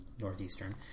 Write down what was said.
Northeastern